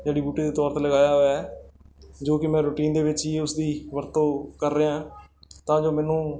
ਜੜੀ ਬੂਟੀ ਦੇ ਤੌਰ 'ਤੇ ਲਗਾਇਆ ਹੋਇਆ ਜੋ ਕਿ ਮੈਂ ਰੂਟੀਨ ਦੇ ਵਿੱਚ ਹੀ ਉਸਦੀ ਵਰਤੋਂ ਕਰ ਰਿਹਾ ਤਾਂ ਜੋ ਮੈਨੂੰ